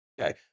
Okay